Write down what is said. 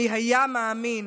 מי היה מאמין